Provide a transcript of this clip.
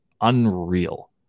unreal